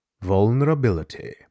vulnerability